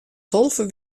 tolve